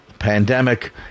Pandemic